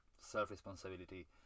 self-responsibility